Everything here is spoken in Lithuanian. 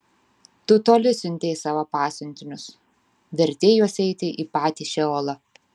tu toli siuntei savo pasiuntinius vertei juos eiti į patį šeolą